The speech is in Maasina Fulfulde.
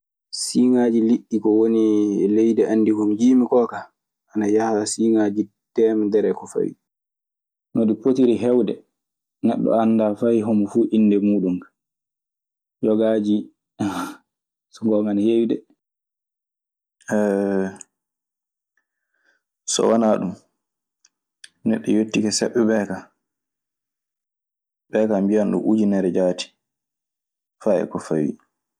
Si ngaji liddi ko woni e leydi am di ko jimiko ka ana yaha si ngaji temedere e ko fawi. No ɗi potiri heewde. Neɗɗo anndaa fay homo fuu innde muuɗun kaa. Yogaaji, so ngoonga ana heewi dee. so wonaa ɗum, neɗɗo yettike ceɓɓe ɓe ka, ɓe kay mbiyan ujunere jaati faa e ko fawi.